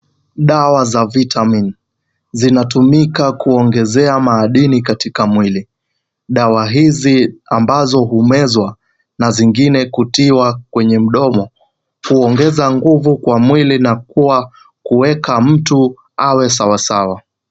Dawa za vitamin zinatumika kuongezea madini katika mwili. Dawa hizi ambazo humezwa na zingine kutiwa kwenye mdomo huongeza nguvu kwa mwili na kuwa kuweka mtu awe sawasawa.